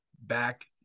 back